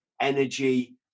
energy